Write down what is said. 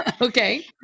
Okay